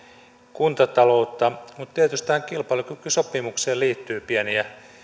kuntataloutta mutta tietysti tähän kilpailukykysopimukseen liittyy pieniä